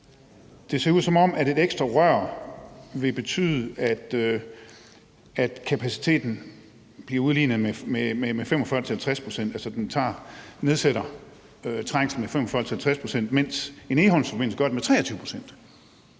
Det ser ud, som om et ekstra rør vil betyde, at kapaciteten bliver udlignet med 45-50 pct. Den nedsætter altså trængslen med 45-50 pct., mens en Egholmsforbindelse gør det med 23 pct.,